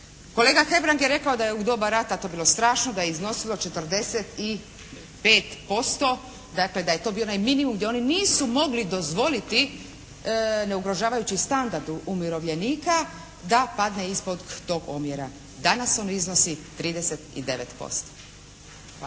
Kolega Hebrang je rekao da je u doba rata to bilo strašno, da je iznosilo 45%, dakle da je to bio onaj minimum gdje oni nisu mogli dozvoliti ne ugrožavajući standard umirovljenika da padne ispod tog omjera. Danas on iznosi 39%. Hvala.